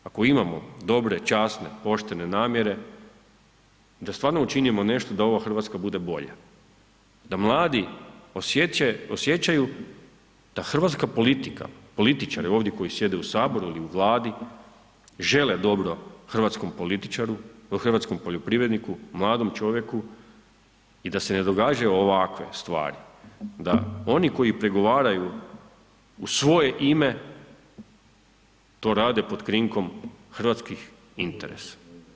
Ako imamo dobre, časne, poštene namjere da stvarno učinimo nešto da ova Hrvatska bude bolja, da mladi osjećaju da hrvatska politika, političarki koji sjede ovdje u Saboru ili u Vladi žele dobro hrvatskom političaru, hrvatskom poljoprivredniku, mladom čovjeku i da se ne događaju ovakve stvari, da oni koji pregovaraju u svoje ime, to rade pod krinkom hrvatskih interesa.